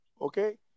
Okay